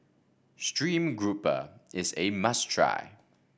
stream grouper is a must try